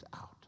out